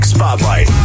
Spotlight